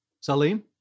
Salim